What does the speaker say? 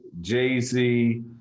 Jay-Z